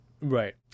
Right